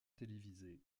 télévisée